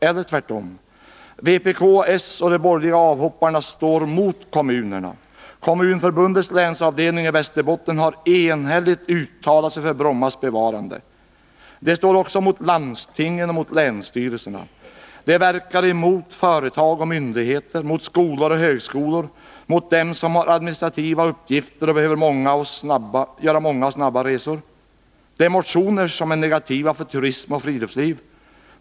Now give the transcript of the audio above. Vpk, socialdemokraterna och de borgerliga avhopparna går mot kommunerna. Kommunförbundets länsavdelning i Västerbotten har enhälligt uttalat sig för Bromma flygfälts bevarande. De nämnda partierna och avhopparna står också mot landstingen och mot länsstyrelserna. Likaså verkar de mot företag och myndigheter, mot skolor och högskolor samt mot dem som har administrativa uppgifter och behöver göra många och snabba resor. Deras motioner är negativa för turism och friluftsliv.